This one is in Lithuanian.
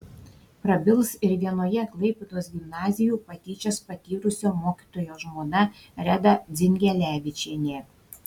prabils ir vienoje klaipėdos gimnazijų patyčias patyrusio mokytojo žmona reda dzingelevičienė